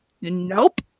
nope